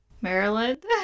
Maryland